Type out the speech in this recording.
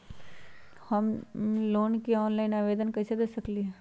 हम लोन के ऑनलाइन आवेदन कईसे दे सकलई ह?